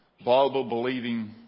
Bible-believing